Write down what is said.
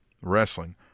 Wrestling